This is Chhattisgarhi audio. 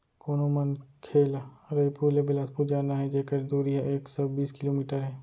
कोनो मनखे ल रइपुर ले बेलासपुर जाना हे जेकर दूरी ह एक सौ बीस किलोमीटर हे